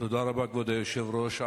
כבוד היושב-ראש,